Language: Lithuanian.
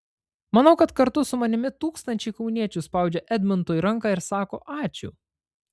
manau kad kartu su manimi tūkstančiai kauniečių spaudžia edmundui ranką ir sako ačiū